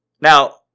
Now